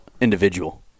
individual